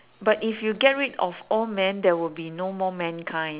but if you get rid of all men there will be no more mankind